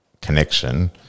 connection